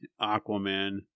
Aquaman